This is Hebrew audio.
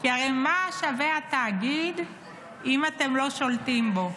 כי הרי מה שווה התאגיד אם אתם לא שולטים בו?